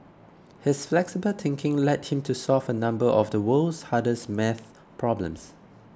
his flexible thinking led him to solve a number of the world's hardest maths problems